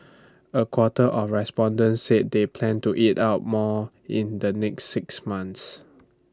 A quarter of respondents said they plan to eat out more in the next six months